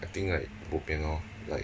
I think like bopian lor like